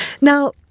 now